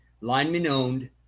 lineman-owned